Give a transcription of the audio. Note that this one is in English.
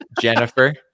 Jennifer